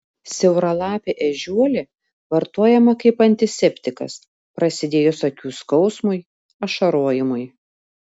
siauralapė ežiuolė vartojama kaip antiseptikas prasidėjus akių skausmui ašarojimui